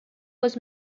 was